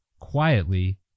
quietly